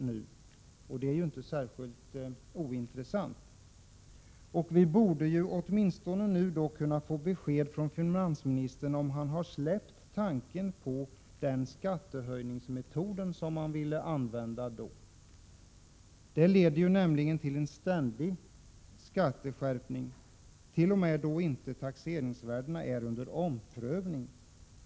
Att få svar på den frågan saknar inte intresse. Vi borde nu åtminstone kunna få besked från finansministern om han har övergett tanken på den metod för skattehöjning som han då ville använda. Denna metod leder nämligen till en ständig skatteskärpning, t.o.m. när taxeringsvärdena inte är under omprövning.